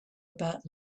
about